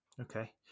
okay